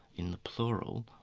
in the plural,